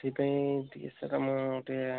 ସେଇ ପାଇଁ ଟିକିଏ ସାର୍ ମୁଁ ଟିକିଏ